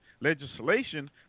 Legislation